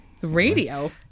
Radio